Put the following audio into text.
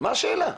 מה השאלה?